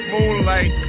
Moonlight